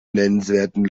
nennenswerten